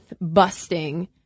busting